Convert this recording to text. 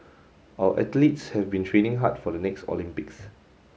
our athletes have been training hard for the next Olympics